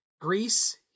Greece